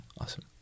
awesome